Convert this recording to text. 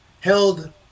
held